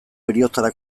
heriotzara